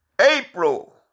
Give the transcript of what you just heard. April